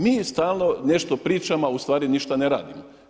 Mi stalno nešto pričamo, a ustvari ništa ne radimo.